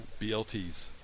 BLTs